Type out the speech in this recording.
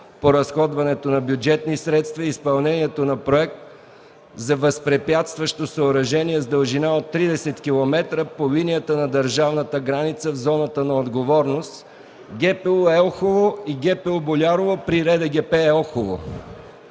по разходването на бюджетни средства и изпълнението на проект за възпрепятстващо съоръжение с дължина от 30 км по линията на държавната граница в зоната на отговорност ГПУ – Елхово, и ГПУ – Болярово, при РДГП - Елхово,